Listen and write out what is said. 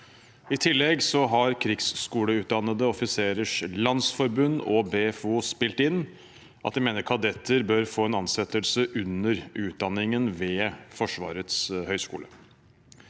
I tillegg har Krigsskoleutdannede offiserers landsforening og BFO spilt inn at de mener kadetter bør få en ansettelse under utdanningen ved Forsvarets høgskole.